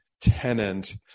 tenant